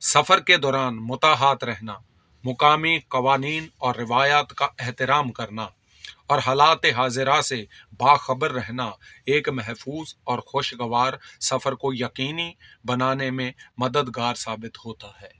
سفر کے دوران محتاط رہنا مقامی قوانین اور روایات کا احترام کرنا اور حالاتِ حاضرہ سے باخبر رہنا ایک محفوظ اور خوشگوار سفر کو یقینی بنانے میں مددگار ثابت ہوتا ہے